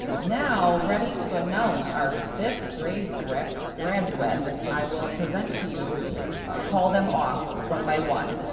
now ready to announce our fifth grade grade graduates. i will present to you call them off one by one.